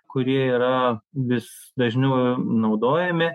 kurie yra vis dažniau naudojami